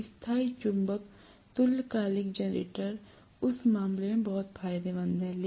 तो स्थायी चुंबक तुल्यकालिक जनरेटर उस मामले में बहुत फायदेमंद हैं